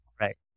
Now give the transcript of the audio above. Right